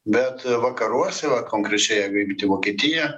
bet vakaruose va konkrečiai jeigu imti vokietiją